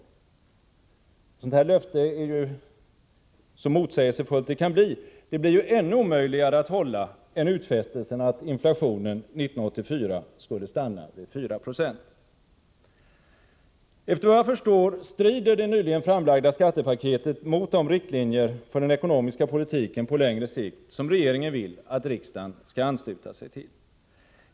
Ett löfte av det här slaget är ju så motsägelsefullt det kan bli. Löftet blir ännu omöjligare att hålla än utfästelsen att inflationen 1984 skulle stanna vid 4 96. Efter vad jag förstår strider det nyligen framlagda skattepaketet mot de riktlinjer för den ekonomiska politiken på längre sikt som regeringen vill att riksdagen skall ansluta sig till.